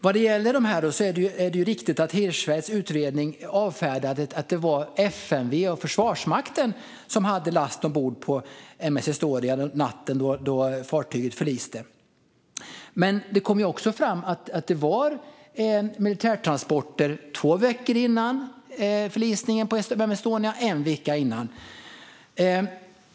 Vad gäller dessa är det riktigt att Hirschfeldts utredning avfärdade att det var FMV och Försvarsmakten som hade last ombord på M/S Estonia natten då fartyget förliste. Men det kom ju också fram att det var militärtransporter två veckor före förlisningen och en vecka före.